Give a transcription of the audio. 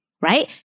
right